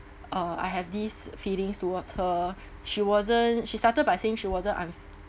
uh I have these feelings towards her she wasn't she started by saying she wasn't un~